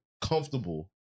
comfortable